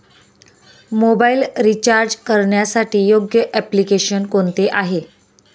Mobile recharge करण्यासाठी योग्य application कोणते आहे?